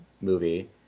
movie